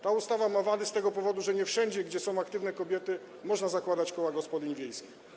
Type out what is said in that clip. Ta ustawa ma wady z tego powodu, że nie wszędzie, gdzie są aktywne kobiety, można zakładać koła gospodyń wiejskich.